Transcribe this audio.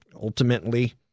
ultimately